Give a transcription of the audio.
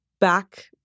back